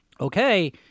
okay